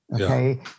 Okay